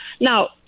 Now